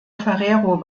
ferrero